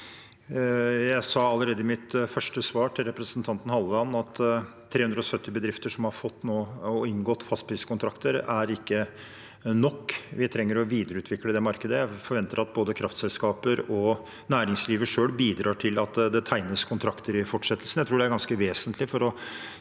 Jeg sa allerede i mitt første svar til representanten Halleland at 370 bedrifter, som nå har inngått fastpriskontrakter, ikke er nok. Vi trenger å videreutvikle det markedet, og jeg forventer at både kraftselskapene og næringslivet selv bidrar til at det tegnes kontrakter i fortsettelsen.